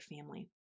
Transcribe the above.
family